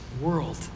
world